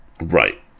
Right